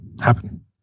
happen